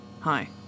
Hi